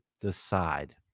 decide